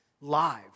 live